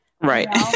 Right